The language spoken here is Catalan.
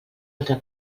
altra